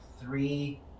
three